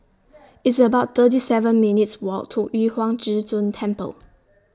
It's about thirty seven minutes' Walk to Yu Huang Zhi Zun Temple